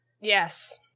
Yes